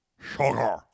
sugar